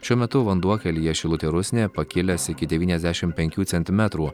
šiuo metu vanduo kelyje šilutė rusnė pakilęs iki devyniasdešimt penkių centimetrų